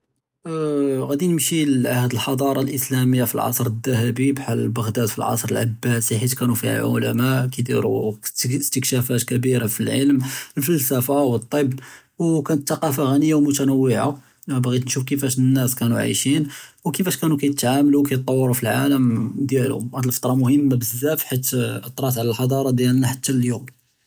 ראדי נמשי להאד אלחצ׳ארה אלאסלאמיה פלאסר אלדהבי בחאל בג׳ד פלאסר אלעבאסי חית כאנו פיהא עולמא כידירו אסתכּשאפט כבירא פלאעלם, אלפלספה ואלטב, אאו כאנת ת׳קאפה ע׳ניה ומותנואע׳ה, בעית נשוף כיפאש אלנאס כאנו עאישין וכיפאש כאנו כיתעמלו וכיטוורו פלעאלם דיאלחום, האד אלפטרה מוהמה בזאף חית אתרת עלא אלחצ׳ארה דיאלנא חתה לליום.